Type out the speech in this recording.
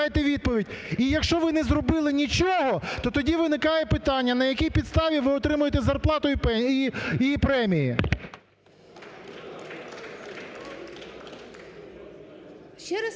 І, якщо ви не зробили нічого, то тоді виникає питання, на якій підставі ви отримуєте зарплату і премії.